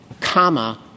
comma